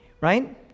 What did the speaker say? right